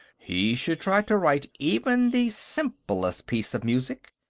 he should try to write even the simplest piece of music.